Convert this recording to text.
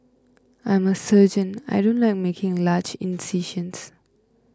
I'm a surgeon I don't like making large incisions